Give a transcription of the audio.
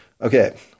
Okay